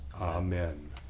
Amen